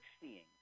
seeing